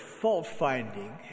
fault-finding